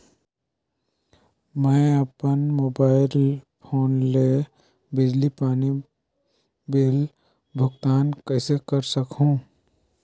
मैं अपन mobile phone ले बिजली पानी बिल भुगतान कइसे कर सकहुं?